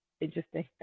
interesting